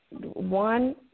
one